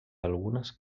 algunes